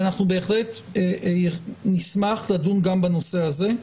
אנחנו בהחלט נשמח לדון גם בנושא הזה.